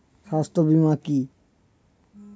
স্বাস্থ্য বীমা কি?